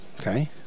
okay